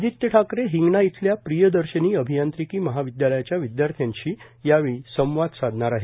आदित्य ठाकरे हिंगणा इयल्या प्रियदर्शनी अभियांत्रिकी महाविद्यालयाच्या विद्यार्थ्यांशी संवाद साधणार आहेत